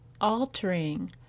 altering